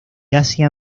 asia